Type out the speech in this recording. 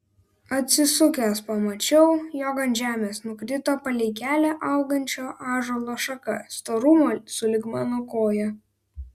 atsisukęs pamačiau jog ant žemės nukrito palei kelią augančio ąžuolo šaka storumo sulig mano koja